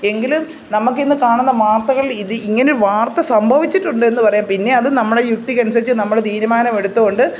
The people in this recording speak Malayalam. എങ്കിലും നമ്മൾക്ക് ഇന്ന് കാണുന്ന വാർത്തകൾ ഇത് ഇങ്ങനെ വാർത്ത സംഭവിച്ചുണ്ടെന്ന് പറയാം പിന്നെ അത് നമ്മുടെ യുക്തിക്ക് അനുസരിച്ച് നമ്മൾ തീരുമാനമെടുത്തു കൊണ്ട്